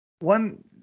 One